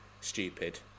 stupid